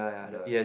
the